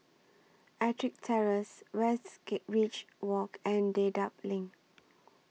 Ettrick Terrace Westridge Walk and Dedap LINK